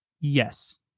Yes